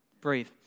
Breathe